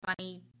funny